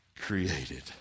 created